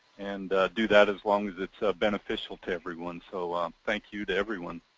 and do that as long as it's beneficial to everyone. so thank you to everyone.